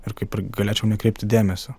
ir kaip ir galėčiau nekreipti dėmesio